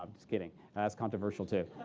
um just kidding. and that's controversial, too.